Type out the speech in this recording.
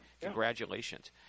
Congratulations